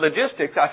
logistics